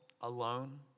alone